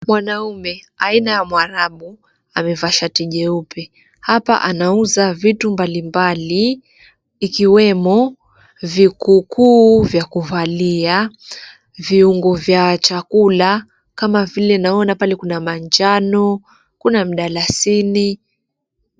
Mwanaume aina ya mwarabu amevaa shati jeupe. Hapa anauza vitu mbalimbali ikiwemo vikukuu vya kuvalia, viungo vya chakula kama vile naona pale kuna manjano kuna mdalasini.